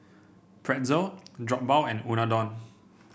Pretzel Jokbal and Unadon